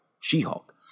She-Hulk